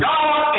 God